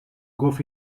گفت